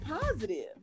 positive